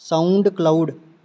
sound cloud